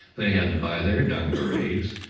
they had to buy their dungarees,